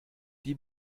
die